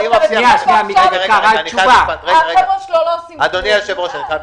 ועכשיו החבר'ה שלו לא עושים כלום.